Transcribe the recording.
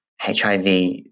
HIV